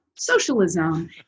Socialism